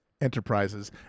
enterprises